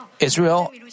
Israel